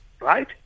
right